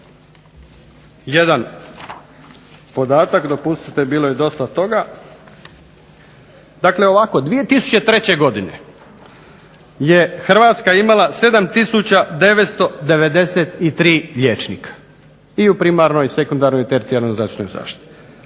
jedan podatak dopustite, bilo je dosta toga. Dakle ovako, 2003. godine je Hrvatska imala 7993 liječnika i u primarnoj i sekundarnoj i tercijarnoj zdravstvenoj zaštiti,